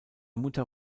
mutter